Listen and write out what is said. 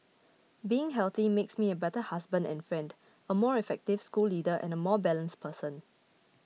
being healthy makes me a better husband and friend a more effective school leader and a more balanced person